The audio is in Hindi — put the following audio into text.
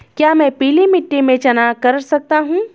क्या मैं पीली मिट्टी में चना कर सकता हूँ?